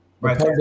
right